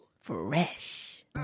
fresh